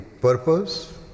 purpose